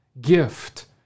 gift